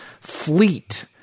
fleet